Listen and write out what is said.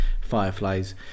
Fireflies